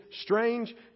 strange